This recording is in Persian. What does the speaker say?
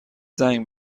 زنگ